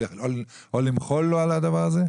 או למחול לו על הדבר הזה?